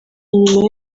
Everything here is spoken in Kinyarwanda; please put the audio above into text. nyuma